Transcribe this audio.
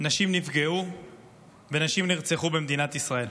נשים נפגעו ונשים נרצחו במדינת ישראל.